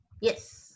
Yes